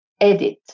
edit